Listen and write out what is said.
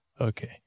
Okay